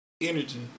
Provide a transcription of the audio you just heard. Energy